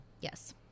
Yes